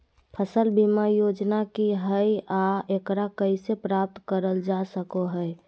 फसल बीमा योजना की हय आ एकरा कैसे प्राप्त करल जा सकों हय?